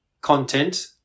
content